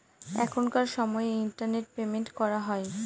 এখনকার সময় internet payment করা হয়